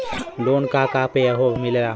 Loan का का पे मिलेला?